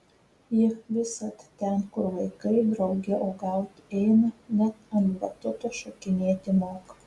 ji visad ten kur vaikai drauge uogauti eina net ant batuto šokinėti moka